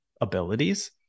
abilities